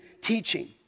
teaching